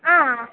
आ